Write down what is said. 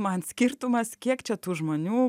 man skirtumas kiek čia tų žmonių